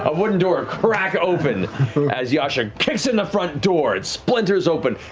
ah wooden door crack open as yasha kicks in the front door, it splinters open.